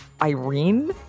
Irene